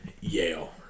Yale